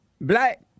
black